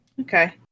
Okay